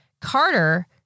carter